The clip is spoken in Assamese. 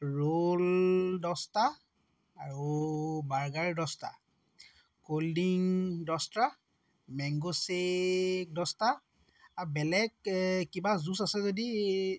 ৰোল দহটা আৰু বাৰ্গাৰ দহটা ক'ল ডিং দহটা মেংগ শ্বেক দহটা আৰু বেলেগ কিবা জুচ আছে যদি